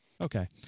okay